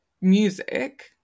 music